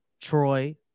Troy